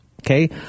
okay